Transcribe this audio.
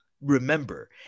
remember